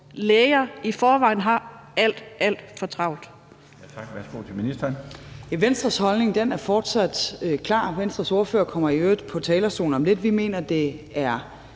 læger i forvejen har alt, alt for travlt?